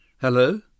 Hello